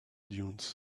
dunes